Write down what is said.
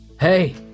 hey